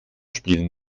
spielen